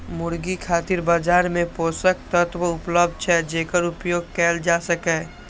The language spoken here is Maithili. मुर्गी खातिर बाजार मे पोषक तत्व उपलब्ध छै, जेकर उपयोग कैल जा सकैए